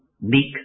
meek